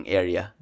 area